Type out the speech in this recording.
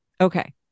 Okay